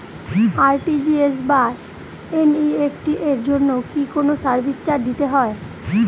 RTGS বা NEFT এর জন্য কি কোনো সার্ভিস চার্জ দিতে হয়?